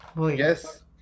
Yes